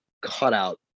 cutout